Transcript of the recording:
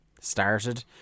started